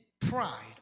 pride